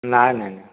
ନାଇଁ ନାଇଁ ନାଇଁ